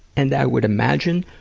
and i would imagine,